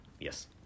Yes